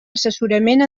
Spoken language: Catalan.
assessorament